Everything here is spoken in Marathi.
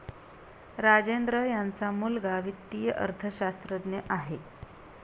राजेंद्र यांचा मुलगा वित्तीय अर्थशास्त्रज्ञ आहे